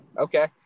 Okay